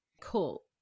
Cool